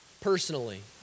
personally